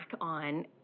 on